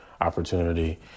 opportunity